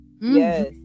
Yes